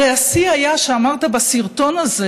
הרי השיא היה שאמרת בסרטון הזה